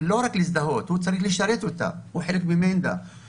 הוא הרי צריך לשרת אותה ולהזדהות איתה.